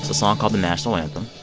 song called the national anthem.